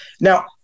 now